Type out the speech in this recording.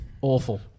awful